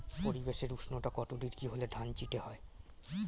পরিবেশের উষ্ণতা কত ডিগ্রি হলে ধান চিটে হয়?